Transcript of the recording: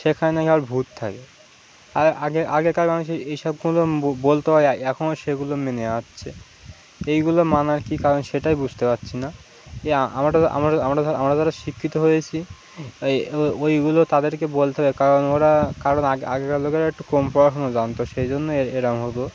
সেখানে ভূত থাকে আর আগে আগেকার মানুষের এই সবগুলো বলতে হয় এখনো সেগুলো মেনে আচ্ছে এইগুলো মানার কি কারণ সেটাই বুঝতে পারছি না এ আমরা আমরা আমরা ধরো আমরা ধরো শিক্ষিত হয়েছি ওইগুলো তাদেরকে বলতে হয় কারণ ওরা কারণে আগেকার লোকেরা একটু কম পড়াশুনো জানতো সেই জন্য এরকম হত